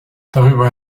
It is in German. darüber